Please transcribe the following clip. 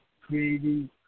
creating